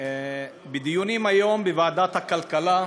בדיונים היום בוועדת הכלכלה,